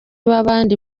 b’abandi